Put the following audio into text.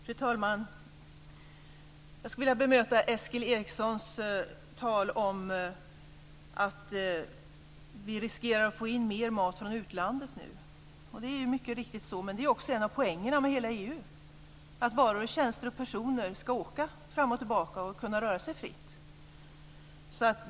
Fru talman! Jag vill bemöta Eskil Erlandssons tal om att vi riskerar att få in mer mat från utlandet nu. Mycket riktigt är det så, men det är ju också en av poängerna med hela EU. Varor, tjänster och personer ska kunna åka fram och tillbaka och röra sig fritt.